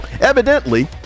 Evidently